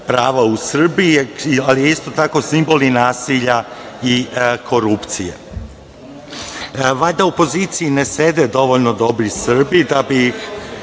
prava u Srbiji, ali je isto tako i simbol nasilja i korupcije. Valjda u opoziciji ne sede dovoljno dobri Srbi da bi,